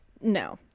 No